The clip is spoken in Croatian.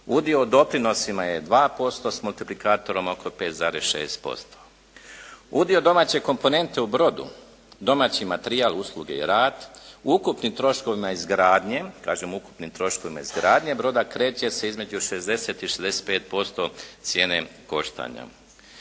Udio u doprinosima je 2% s multiplikatorom oko 5,6%. Udio domaće komponente u brodu, domaći materijal, usluge i rad u ukupnim troškovima izgradnje, kažem ukupnim troškovima izgradnje broda kreće se između 60 i 65% cijene koštanja.